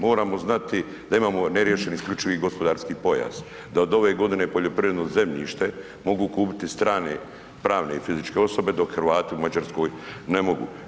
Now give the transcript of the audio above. Moramo znati da imamo neriješen isključivi gospodarski pojas, da od ove godine poljoprivredno zemljište mogu kupiti strane pravne i fizičke osobe dok Hrvati u Mađarskoj ne mogu.